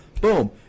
boom